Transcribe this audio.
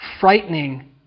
frightening